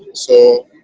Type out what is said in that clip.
so,